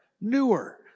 newer